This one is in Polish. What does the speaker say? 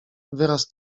wyraz